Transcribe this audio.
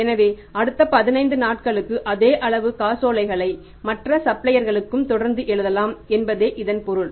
எனவே அடுத்த 14 நாட்களுக்கு அதே அளவு காசோலைகளை மற்ற சப்ளையர்களுக்கும் தொடர்ந்து எழுதலாம் என்பதே இதன் பொருள்